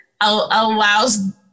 allows